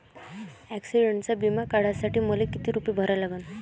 ॲक्सिडंटचा बिमा काढा साठी मले किती रूपे भरा लागन?